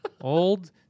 Old